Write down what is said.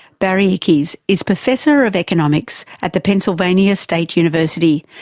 barry ickes is professor of economics at the pennsylvania state university,